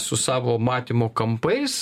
su savo matymo kampais